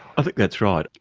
i think that's right.